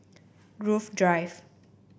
Grove Drive